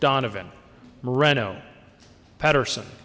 donovan marino patterson